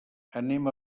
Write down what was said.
anem